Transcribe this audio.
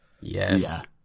Yes